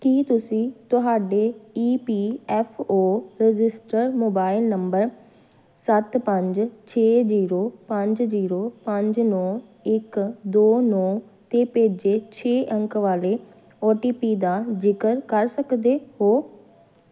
ਕੀ ਤੁਸੀਂ ਤੁਹਾਡੇ E P F O registered mobile number ਸੱਤ ਪੰਜ ਛੇ ਜ਼ੀਰੋ ਪੰਜ ਜ਼ੀਰੋ ਪੰਜ ਨੌਂ ਇੱਕ ਦੋ ਨੌਂ 'ਤੇ ਭੇਜੇ ਛੇ ਅੰਕ ਵਾਲੇ ਓ ਟੀ ਪੀ ਦਾ ਜ਼ਿਕਰ ਕਰ ਸਕਦੇ ਹੋ